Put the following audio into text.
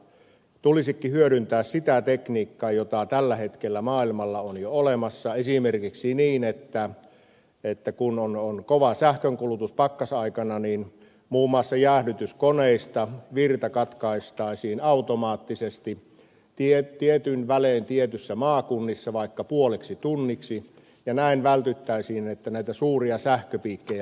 tulisikin hyödyntää sitä tekniikkaa jota tällä hetkellä maailmalla on jo olemassa esimerkiksi niin että kun on kova sähkönkulutus pakkasaikana niin muun muassa jäähdytyskoneista virta katkaistaisiin automaattisesti tietyin välein tietyissä maakunnissa vaikka puoleksi tunniksi ja näin vältyttäisiin siltä että näitä suuria sähköpiikkejä tulee